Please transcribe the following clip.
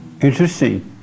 Interesting